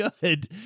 good